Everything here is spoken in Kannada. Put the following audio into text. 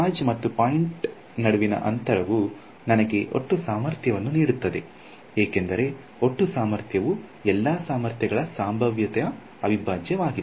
ಚಾರ್ಜ್ ಮತ್ತು ಪಾಯಿಂಟ್ ನಡುವಿನ ಅಂತರವು ನನಗೆ ಒಟ್ಟು ಸಾಮರ್ಥ್ಯವನ್ನು ನೀಡುತ್ತದೆ ಏಕೆಂದರೆ ಒಟ್ಟು ಸಾಮರ್ಥ್ಯವು ಎಲ್ಲಾ ಸಾಮರ್ಥ್ಯಗಳ ಸಂಭಾವ್ಯತೆಯ ಅವಿಭಾಜ್ಯವಾಗಿದೆ